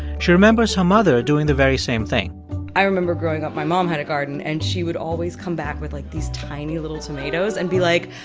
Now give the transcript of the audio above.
she remembers her mother doing the very same thing i remember growing up, my mom had a garden. and she would always come back with, like, these tiny little tomatoes and be like,